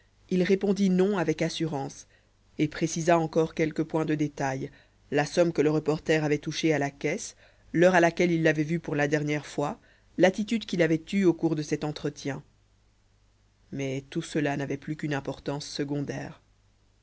il répondit non avec assurance et précisa encore quelques points de détail la somme que le reporter avait touchée à la caisse l'heure à laquelle il l'avait vu pour la dernière fois l'attitude qu'il avait eue au cours de cet entretien mais tout cela n'avait plus qu'une importance secondaire